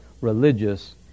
religious